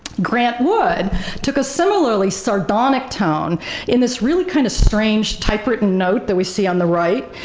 grant wood took a similarly sardonic tone in this really kind of strange typewritten note that we see on the right,